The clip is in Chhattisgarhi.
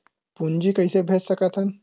पूंजी कइसे भेज सकत हन?